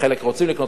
חלק רוצים לקנות,